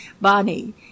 Bonnie